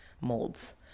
molds